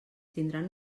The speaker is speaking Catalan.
tindran